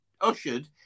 ushered